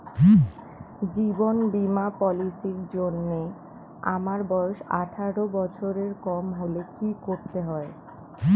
জীবন বীমা পলিসি র জন্যে আমার বয়স আঠারো বছরের কম হলে কি করতে হয়?